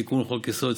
תיקון חוק-יסוד,